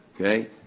okay